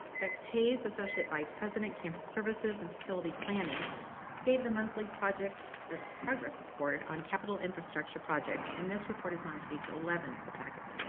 rex hayes, associate vice president campus services and facility planning gave the monthly progress report on capital infrastructure projects and this report is on page eleven of the packet.